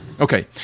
Okay